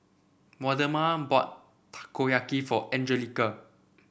Waldemar bought Takoyaki for Angelica